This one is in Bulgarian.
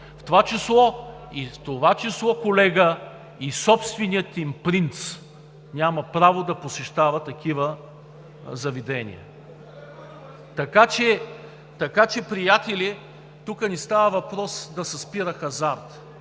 В това число, колега, и собственият им принц няма право да посещава такива заведения, така че, приятели, тук не става въпрос да се спира хазартът.